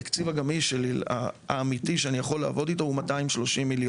התקציב הגמיש האמיתי שאני יכול לעבוד איתו הוא 230 מיליון.